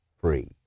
free